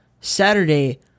Saturday